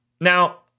Now